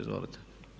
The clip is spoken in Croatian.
Izvolite.